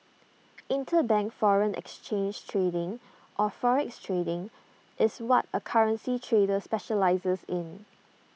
interbank foreign exchange trading or forex trading is what A currency trader specialises in